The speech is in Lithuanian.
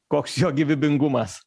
koks jo gyvybingumas